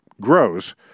grows